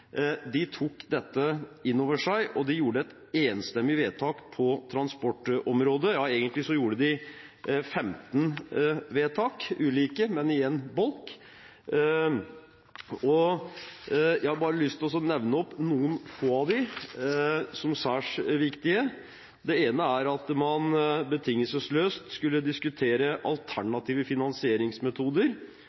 De tok dette inn over seg, og de gjorde et enstemmig vedtak på transportområdet. Egentlig fattet de 15 ulike vedtak i en bolk. Jeg har bare lyst til å nevne noen få av dem som særs viktige. Det ene er at man betingelsesløst skulle diskutere alternative finansieringsmetoder